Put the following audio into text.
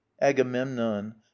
agamemnon